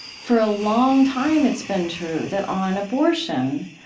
for a long time, it's been true that on abortion,